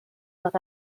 not